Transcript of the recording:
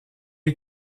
est